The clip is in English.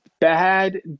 bad